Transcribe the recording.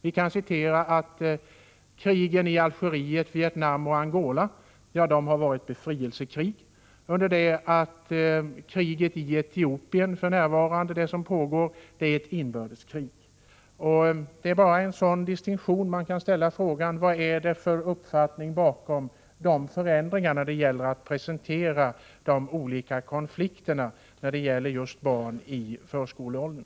I materialet sägs att krigen i Algeriet, Vietnam och Angola är befrielsekrig, under det att det krig som för närvarande pågår i Etiopien är ett inbördeskrig. Varför gör man en sådan distinktion? Vilka uppfattningar ligger bakom detta sätt att presentera de olika konflikterna för barn i förskoleåldern?